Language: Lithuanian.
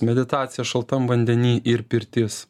meditacija šaltam vandeny ir pirtis